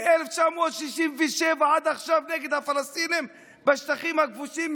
ומ-1967 עד עכשיו נגד הפלסטינים בשטחים הכבושים,